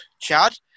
Chad